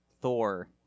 Thor